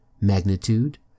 magnitude